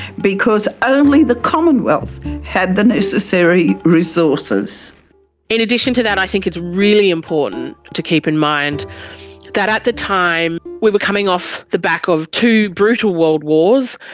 because only the commonwealth had the necessary resources. and in addition to that i think its really important to keep in mind that at the time we were coming off the back of two brutal world wars.